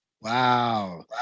Wow